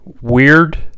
Weird